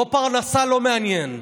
לא פרנסה, לא מעניין.